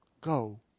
go